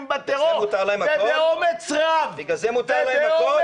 בטרור ובאומץ רב --- בגלל זה מותר להם הכול?